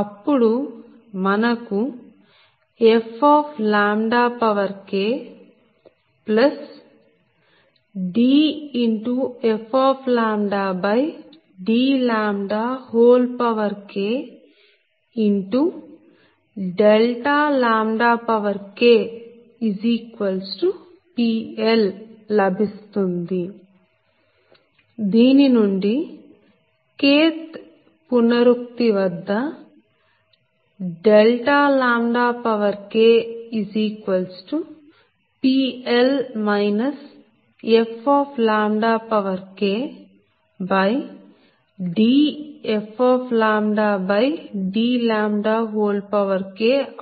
అప్పుడు మనకు fKdfdKKPL లభిస్తుంది దీని నుండి Kth పునరుక్తి వద్ద KPL fKdfdλK